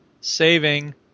Saving